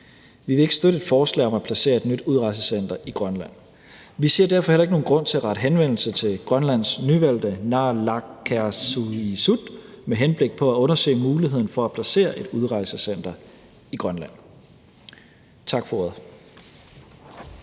Vi vil ikke støtte et forslag om at placere et nyt udrejsecenter i Grønland. Vi ser derfor heller ikke nogen grund til at rette henvendelse til Grønlands nyvalgte naalakkersuisut med henblik på at undersøge muligheden for at placere et udrejsecenter i Grønland. Tak for